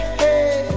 hey